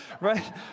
Right